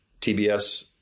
TBS